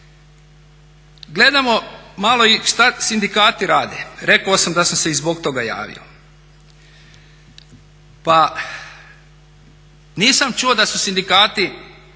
Gledamo malo i šta sindikati rade, rekao sam da sam se i zbog toga javio. Pa nisam čuo da su sindikati